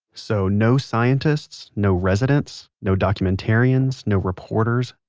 so, no scientists, no residents, no documentarians, no reporters,